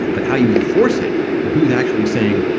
but how you enforce it and who's actually saying,